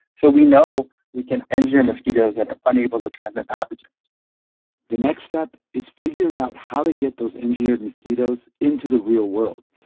so we know we can engineer mosquitoes that are unable to transmit pathogens the next step is figuring out how to get those engineered mosquitoes into the real world,